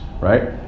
Right